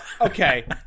Okay